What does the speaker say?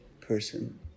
person